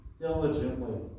diligently